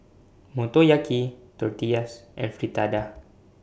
Motoyaki Tortillas and Fritada